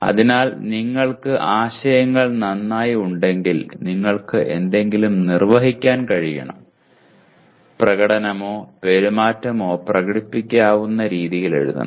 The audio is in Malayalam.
അതിനാൽ നിങ്ങൾക്ക് ആശയങ്ങൾ നന്നായി ഉണ്ടെങ്കിൽ നിങ്ങൾക്ക് എന്തെങ്കിലും നിർവ്വഹിക്കാൻ കഴിയണം പ്രകടനമോ പെരുമാറ്റമോ പ്രകടിപ്പിക്കാവുന്ന രീതിയിൽ എഴുതണം